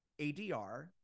ADR